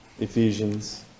Ephesians